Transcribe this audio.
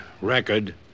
record